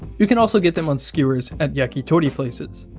you can also get them on skewers at yakitori places.